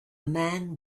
man